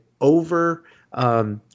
over